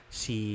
si